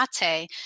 mate